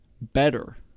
better